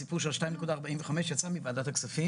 הסיפור של 2.45 יצא מוועדת הכספים.